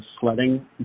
sledding